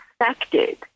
affected